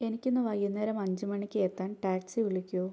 എനിക്ക് ഇന്ന് വൈകുന്നേരം അഞ്ച് മണിക്ക് എത്താൻ ടാക്സി വിളിക്കൂ